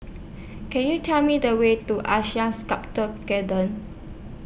Can YOU Tell Me The Way to Asean Sculpture Garden